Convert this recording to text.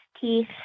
teeth